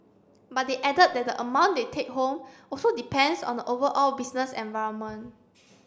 but they added that the amount they take home also depends on the overall business environment